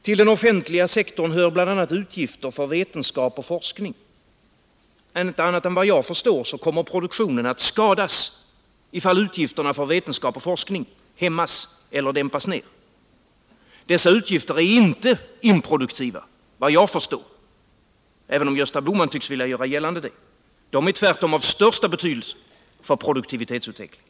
Till den offentliga sektorn hör bl.a. utgifter för vetenskap och forskning. Inte annat än vad jag förstår kommer produktionen att skadas, om utgifterna för vetenskap och forskning hämmas eller dämpas. Dessa utgifter är alltså inte improduktiva efter vad jag förstår, även om Gösta Bohman tycks göra gällande detta. De är tvärtom av största betydelse för produktivitetsutvecklingen.